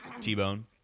T-bone